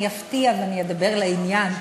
אני אפתיע ואני אדבר לעניין,